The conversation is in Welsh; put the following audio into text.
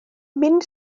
mynd